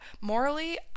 morally